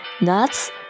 nuts